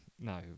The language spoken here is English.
no